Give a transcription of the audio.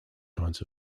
kinds